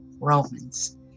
Romans